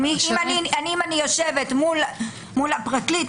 אם אני יושבת מול הפרקליט,